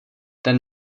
ten